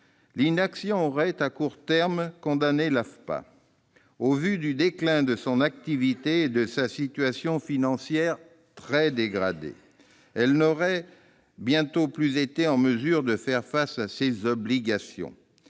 l'inaction aurait à court terme condamné l'AFPA. Au vu du déclin de son activité et de sa situation financière très dégradée, elle n'aurait bientôt plus été en mesure de faire face à ses obligations.